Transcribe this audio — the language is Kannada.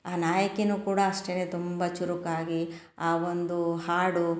ಆ ನಾಯಕಿನೂ ಕೂಡ ಅಷ್ಟೆ ತುಂಬ ಚುರುಕಾಗಿ ಆ ಒಂದು ಹಾಡು